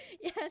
Yes